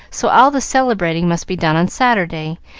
so all the celebrating must be done on saturday,